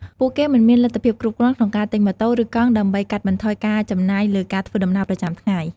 ពួកគេមិនមានលទ្ធភាពគ្រប់គ្រាន់ក្នុងការទិញម៉ូតូ ឬកង់ដើម្បីកាត់បន្ថយការចំណាយលើការធ្វើដំណើរប្រចាំថ្ងៃ។